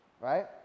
right